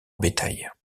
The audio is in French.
bétail